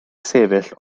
sefyll